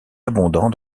abondant